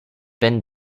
been